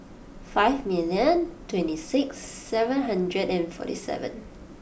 five million twenty six seven hundred and forty seven